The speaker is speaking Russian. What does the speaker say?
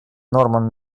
нормам